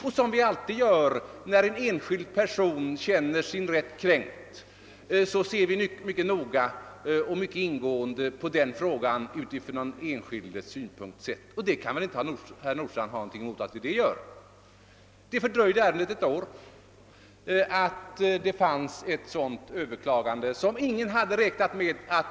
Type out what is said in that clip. Såsom vi alltid gör när en enskild person känner sin rätt kränkt har vi sett mycket noggrant och ingående på denna fråga från den enskildes synpunkt. Herr Nordstrandh kan väl inte heller ha något emot att vi förfar på detta sätt. Detta oförutsedda överklagande = fördröjde emellertid ärendet ett år.